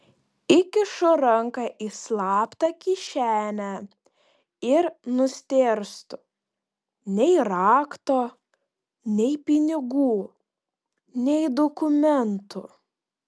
įkišu ranką į slaptą kišenę ir nustėrstu nei rakto nei pinigų nei dokumentų